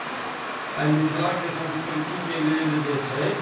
आइ मिथिला के संस्कृति के लेल जे छै